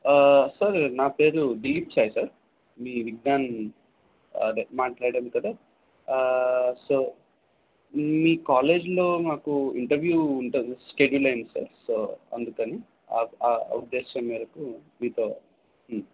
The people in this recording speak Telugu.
సార్ నా పేరు దిలీప్ షా సార్ మీ విజ్ఞాన్ అదే మాట్లాడాను కదా సో మీ కాలేజీలో నాకు ఇంటర్వ్యూ ఉంటుంది షెడ్యూల్ అయింది సార్ సో అందుకని అ ఆ ఉద్దేశం మేరకు మీతో